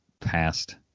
past